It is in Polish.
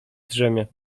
drzemie